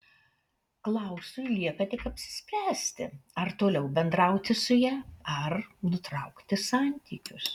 klausui lieka tik apsispręsti ar toliau bendrauti su ja ar nutraukti santykius